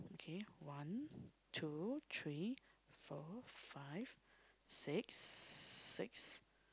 okay one two three four five six six